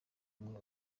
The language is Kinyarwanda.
umwe